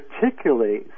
particularly